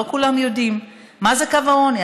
לא כולם יודעים מה זה קו העוני.